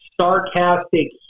sarcastic